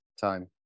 time